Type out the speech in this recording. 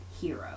hero